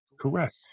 Correct